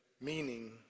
Meaning